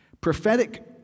Prophetic